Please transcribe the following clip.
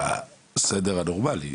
לפי הסדר הנורמלי.